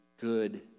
good